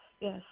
Yes